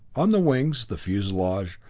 on the wings, the fuselage,